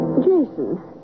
Jason